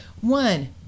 One